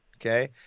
okay